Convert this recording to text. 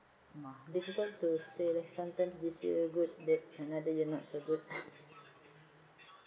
mah difficult to say leh sometimes this year good that another year not so good